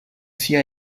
sia